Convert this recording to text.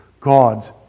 God's